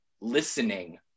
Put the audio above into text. listening